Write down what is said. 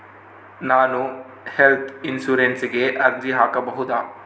ನಾನು ಹೆಲ್ತ್ ಇನ್ಶೂರೆನ್ಸಿಗೆ ಅರ್ಜಿ ಹಾಕಬಹುದಾ?